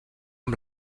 amb